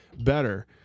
better